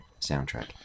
soundtrack